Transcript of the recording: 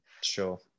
Sure